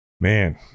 Man